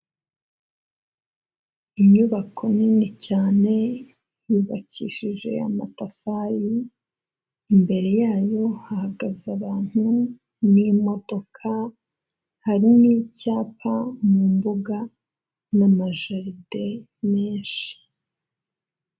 Inyubako nini cyane yubakishije amatafari, imbere yayo hahagaze abantu n'imodoka, hari n'icyapa mu mbuga n'amajaride menshi.